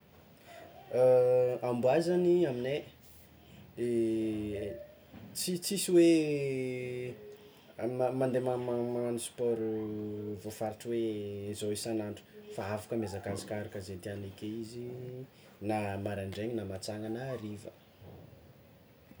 Amboà zagny amignay de tsy tsisy hoe ah ma- ma- mande ma- ma- magnagno sport voafaritry hoe zao isan'andro, fa afaka miazakazaka araka ze tiagny ake izy na maraindraigny na mantsiagna na hariva.